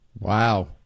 Wow